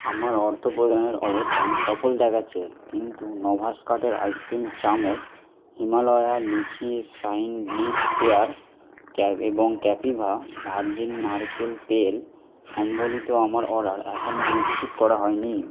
আমার অর্থপ্রদানের অবস্থান সফল দেখাচ্ছে কিন্তু নোভাস কাটের আইসক্রিম চামচ হিমালয়ার লিচি শাইন লিপ কেয়ার এবং ক্যাপিভা ভার্জিন নারকেল তেল সম্বলিত আমার অর্ডার এখনও নিশ্চিত করা হয়নি